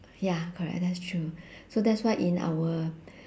ya correct that's true so that's why in our